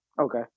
Okay